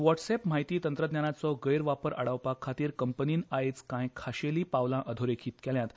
वॉट्सॲप म्हायती तंत्रज्ञानाचो गैरवापर आडावपा खातीर कंपनीन आयज कांय खाशेली पावलां अधोरेखित केल्यांत